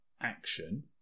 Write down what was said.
action